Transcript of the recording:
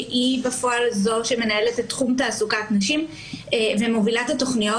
שהיא בפועל זו שמנהלת את תחום תעסוקת נשים ומובילה את התוכניות.